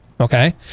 Okay